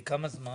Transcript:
לכמה זמן?